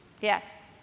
Yes